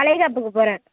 வளைகாப்புக்கு போகறேன்